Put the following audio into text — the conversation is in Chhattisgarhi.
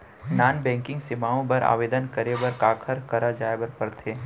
नॉन बैंकिंग सेवाएं बर आवेदन करे बर काखर करा जाए बर परथे